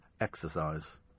exercise